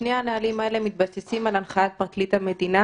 שני הנהלים האלה מתבססים על הנחיית פרקליט המדינה